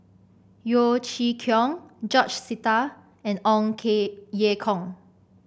Yeo Chee Kiong George Sita and Ong Ye Kung